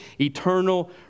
eternal